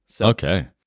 Okay